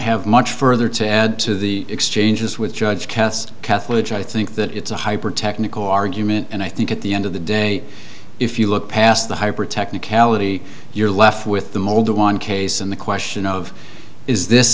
have much further to add to the exchanges with judge kest catholics i think that it's a hypertechnical argument and i think at the end of the day if you look past the hyper technicality you're left with the mold of one case and the question of is this